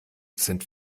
sind